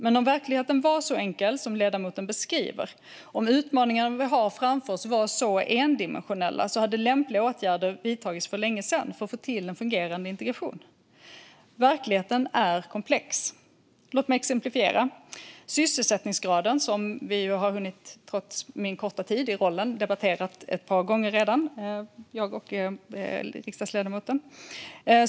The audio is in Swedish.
Men om verkligheten var så enkel som riksdagsledamoten beskriver, om utmaningarna vi har framför oss var så endimensionella, hade lämpliga åtgärder för att få till en fungerande integration vidtagits för länge sedan. Verkligheten är komplex. Låt mig exemplifiera. Sysselsättningsgraden har vi trots min korta tid i denna roll hunnit debattera ett par gånger redan, jag och riksdagsledamoten.